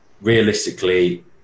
Realistically